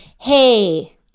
hey